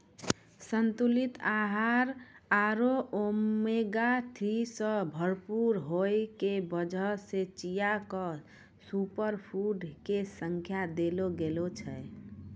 संतुलित आहार आरो ओमेगा थ्री सॅ भरपूर होय के वजह सॅ चिया क सूपरफुड के संज्ञा देलो गेलो छै